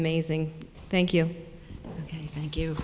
amazing thank you thank you